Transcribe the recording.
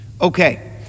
Okay